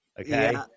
okay